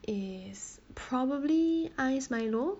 is probably ice milo